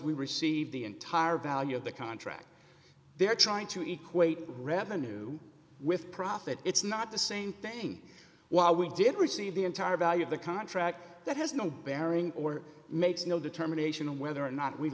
we receive the entire value of the contract they're trying to equate revenue with profit it's not the same thing while we did receive the entire value of the contract that has no bearing or makes no determination of whether or not we